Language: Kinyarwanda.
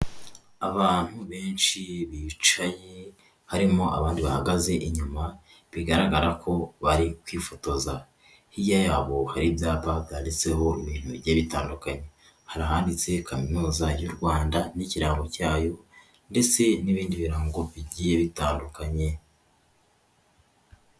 Abantu benshi bicaye harimo abandi bahagaze inyuma, bigaragara ko bari kwifotoza. hirya yabo hari ibyapa byanditseho ibintu bigiye bitandukanye. Hari ahanditse kaminuza y'u Rwanda n'ikirango cyayo ndetse n'ibindi birango bigiye bitandukanye.